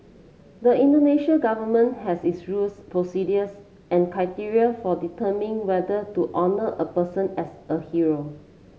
the Indonesian Government has its rules procedures and criteria for determining whether to honour a person as a hero